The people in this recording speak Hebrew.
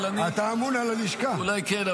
אולי כן,